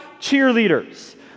cheerleaders